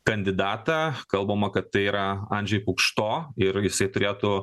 kandidatą kalbama kad tai yra andžėj pukšto ir jisai turėtų